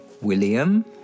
William